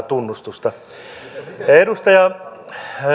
tunnustusta edustaja